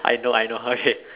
I know I know okay